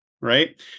right